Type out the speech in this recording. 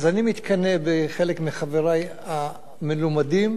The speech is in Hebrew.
אז אני מתקנא בחלק מחברי המלומדים,